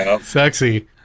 Sexy